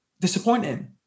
disappointing